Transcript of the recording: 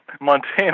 Montana